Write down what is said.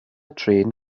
trên